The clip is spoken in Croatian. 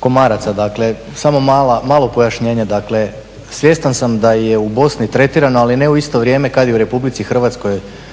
komaraca. Dakle, samo malo pojašnjenje. Dakle, svjestan sam da je u Bosni tretirano ali ne u isto vrijeme kad i u RH. Dakle,